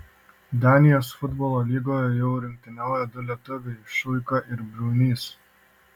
danijos futbolo lygoje jau rungtyniauja du lietuviai šuika ir briaunys